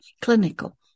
clinical